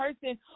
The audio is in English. person